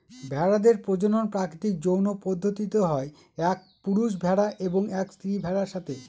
ভেড়াদের প্রজনন প্রাকৃতিক যৌন পদ্ধতিতে হয় এক পুরুষ ভেড়া এবং এক স্ত্রী ভেড়ার সাথে